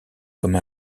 comme